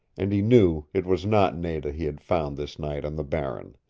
and he knew it was not nada he had found this night on the barren.